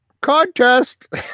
Contest